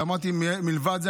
ואמרתי: מלבד זה,